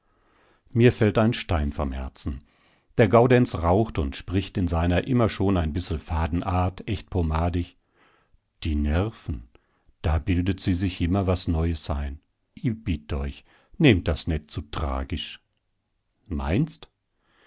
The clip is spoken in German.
mir fällt ein stein vom herzen der gaudenz raucht und spricht in seiner immer schon ein bissel faden art echt pomadig die nerven da bildet sie sich immer was neues ein i bitt euch nehmt das net zu tragisch meinst